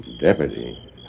deputy